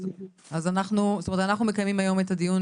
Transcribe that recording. זאת אומרת, אנחנו מקיימים היום את הדיון.